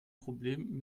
problem